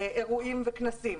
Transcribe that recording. אירועים וכנסים